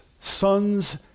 sons